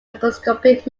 macroscopic